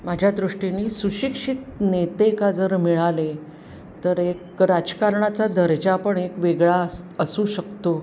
माझ्या दृष्टीने सुशिक्षित नेते का जर मिळाले तर एक राजकारणाचा दर्जा पण एक वेगळा अस असू शकतो